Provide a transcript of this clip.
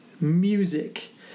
music